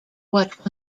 what